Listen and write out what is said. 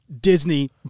Disney